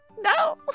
No